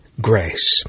grace